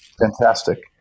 Fantastic